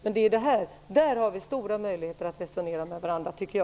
Jag tycker att vi därvidlag har stora möjligheter att resonera med varandra.